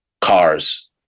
cars